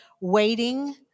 waiting